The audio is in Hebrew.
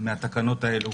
מהתקנות האלו